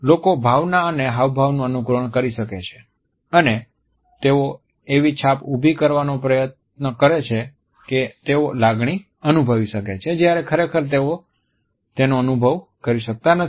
લોકો ભાવના અને હાવભાવનું અનુકરણ કરી શકે છે અને તેઓ એવી છાપ ઊભી કરવાનો પ્રયાસ કરી શકે છે કે તેઓ લાગણી અનુભવે શકે છે જ્યારે ખરેખર તેઓ તેનો અનુભવ કરી શકતા હોતા નથી